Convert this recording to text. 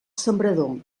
sembrador